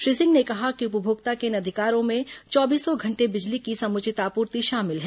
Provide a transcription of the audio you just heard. श्री सिंह ने कहा कि उपभोक्ता के इन अधिकारों में चौबीसों घंटे बिजली की समुचित आपूर्ति शामिल है